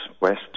west